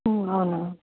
అవునా